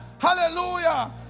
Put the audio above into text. Hallelujah